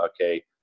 Okay